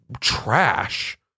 trash